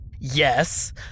Yes